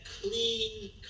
clean